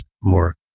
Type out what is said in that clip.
more